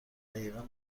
دقیقا